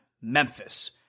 Memphis